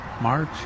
March